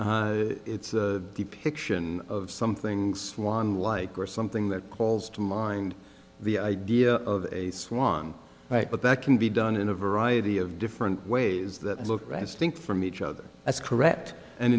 depiction of some things one like or something that calls to mind the idea of a swan right but that can be done in a variety of different ways that look i think from each other that's correct and